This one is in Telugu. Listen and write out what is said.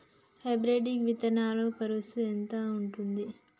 హైబ్రిడ్ విత్తనాలకి కరుసు ఎంత ఉంటది?